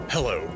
Hello